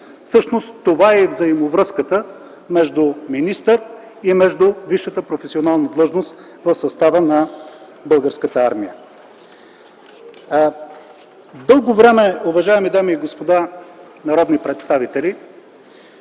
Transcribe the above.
Всъщност това е и взаимовръзката между министър и висшата професионална длъжност в състава на Българската армия. Уважаеми дами и господа народни представители,